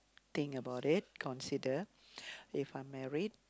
think about it consider if I'm married